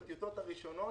בטיוטות הראשונות,